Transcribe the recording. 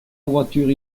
voiture